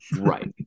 Right